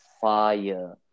Fire